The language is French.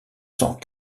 cent